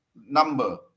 number